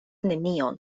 nenion